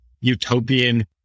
utopian